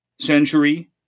century